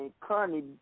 currently